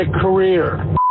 career